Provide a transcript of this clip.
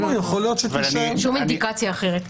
אין שום אינדיקציה.